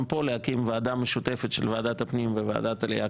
גם פה אפשר להקים ועדה משותפת של ועדת הפנים וועדת העלייה,